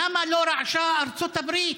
למה לא רעשה ארצות הברית,